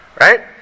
right